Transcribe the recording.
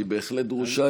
היא בהחלט דרושה,